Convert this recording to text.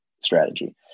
strategy